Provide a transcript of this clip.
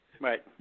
Right